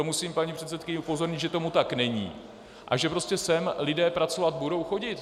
Musím paní předsedkyni upozornit, že tomu tak není a že prostě sem lidé pracovat budou chodit.